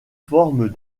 formes